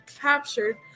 captured